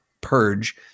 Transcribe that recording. purge